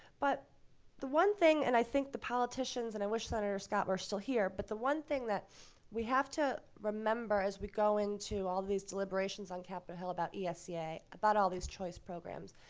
but the one thing, and i think the politicians, and i wish senator scott were still here, but the one thing that we have to remember as we go into all these deliberations on capitol hill about esea, yeah about all these choice programs,